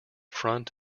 front